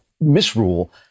misrule